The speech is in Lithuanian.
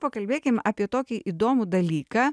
pakalbėkim apie tokį įdomų dalyką